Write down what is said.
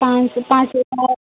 पाँच सौ पाँच रुपया